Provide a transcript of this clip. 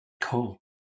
Cool